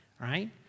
right